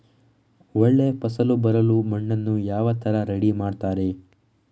ಒಳ್ಳೆ ಫಸಲು ಬರಲು ಮಣ್ಣನ್ನು ಯಾವ ತರ ರೆಡಿ ಮಾಡ್ತಾರೆ?